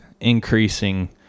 increasing